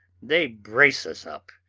they brace us up,